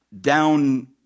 down